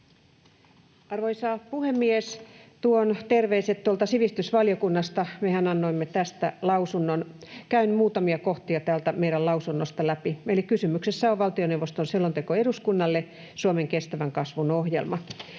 Arvoisa puhemies! Tuon terveiset tuolta sivistysvaliokunnasta, mehän annoimme tästä lausunnon. Käyn muutamia kohtia täältä meidän lausunnostamme läpi. Eli kysymyksessä on valtioneuvoston selonteko eduskunnalle: Suomen kestävän kasvun ohjelma.